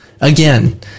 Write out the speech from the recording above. again